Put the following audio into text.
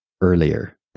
earlier